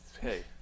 Hey